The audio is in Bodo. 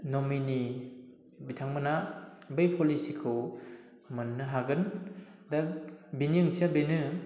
नमिनि बिथांमोना बे पलिसिखौ मोननो हागोन दा बिनि ओंथिया बिनो